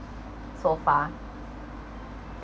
so far